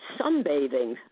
sunbathing